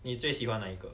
你最喜欢哪一个